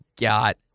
got